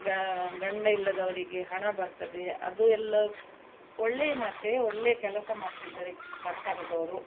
ಗ ಗಂಡ ಇಲ್ಲದವರಿಗೆ ಹಣ ಬರ್ತದೆ ಅದು ಎಲ್ಲ ತ್ ಒಳ್ಳೆಯ ಮಾತೇ ಒಳ್ಳೆಯ ಕೆಲಸ ಮಾಡ್ತಿದ್ದಾರೆ ಸರ್ಕಾರದವ್ರು